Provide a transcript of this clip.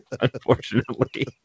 Unfortunately